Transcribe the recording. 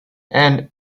and